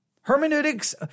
Hermeneutics